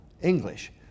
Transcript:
English